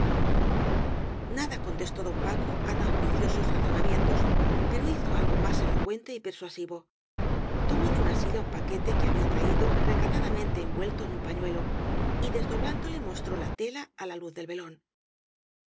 nada contestó don paco á tan juiciosos razona mientos pero hizo algo más elocuente y persuasi vo tomó de una silla un paquete que había traí do recatadamente envuelto en un pañuelo y des doblándole mostró la tela á la luz del velón